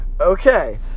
Okay